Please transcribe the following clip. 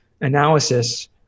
analysis